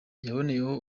yaboneyeho